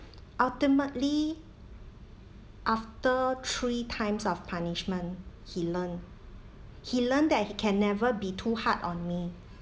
ultimately after three times of punishment he learned he learned that he can never be too hard on me